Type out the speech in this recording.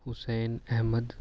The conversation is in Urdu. حسین احمد